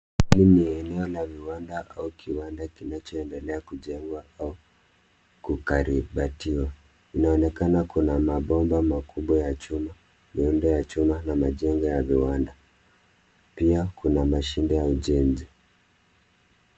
Hili ni eleo la viwanda au kiwanda kinachoendelea kujengwa au kukarabatiwa. Inaonekana kuna mabomba makubwa ya chuma, miundo ya chuma na majengo ya viwanda. Pia kuna mashine ya ujenzi.